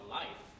life